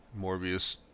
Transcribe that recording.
Morbius